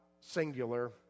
singular